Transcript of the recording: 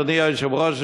אדוני היושב-ראש,